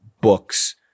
books